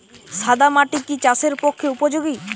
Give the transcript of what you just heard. সাদা মাটি কি চাষের পক্ষে উপযোগী?